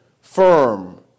firm